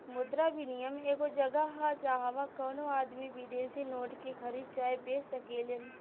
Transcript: मुद्रा विनियम एगो जगह ह जाहवा कवनो आदमी विदेशी नोट के खरीद चाहे बेच सकेलेन